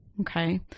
okay